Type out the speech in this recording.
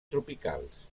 tropicals